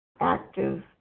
active